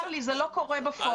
צר לי אבל זה לא קורה בפועל.